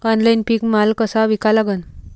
Online पीक माल कसा विका लागन?